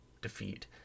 defeat